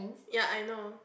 ya I know